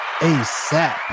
ASAP